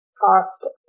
cost